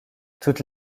toutes